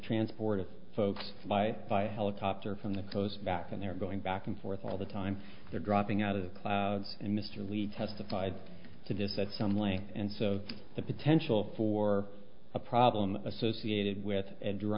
transport of folks by by helicopter from the coast back and they're going back and forth all the time they're dropping out of the clouds and mr lead testified to this that some way and so the potential for a problem associated with a